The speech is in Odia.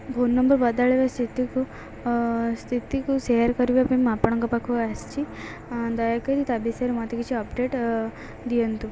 ଫୋନ୍ ନମ୍ବର୍ ବଦଳାଇବା ସ୍ଥିତିକୁ ସ୍ଥିତିକୁ ସେୟାର୍ କରିବା ପାଇଁ ମୁଁ ଆପଣଙ୍କ ପାଖକୁ ଆସିଛି ଦୟାକରି ତା ବିଷୟରେ ମୋତେ କିଛି ଅପ୍ଡେଟ୍ ଦିଅନ୍ତୁ